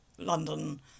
London